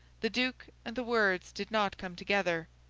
the duke and the words did not come together,